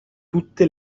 tutte